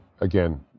again